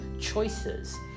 choices